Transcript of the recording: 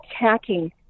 attacking